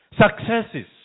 successes